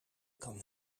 kan